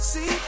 See